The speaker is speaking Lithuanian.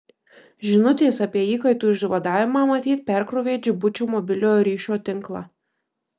žinutės apie įkaitų išvadavimą matyt perkrovė džibučio mobiliojo ryšio tinklą